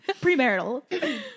Premarital